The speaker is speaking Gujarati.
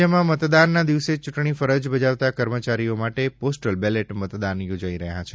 રાજ્યમાં મતદાનના દિવસે ચ્રંટણી ફરજ બજાવતા કર્મચારીઓ માટે પોસ્ટલ બેલેટ મતદાન યોજાયા હતા